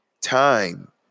time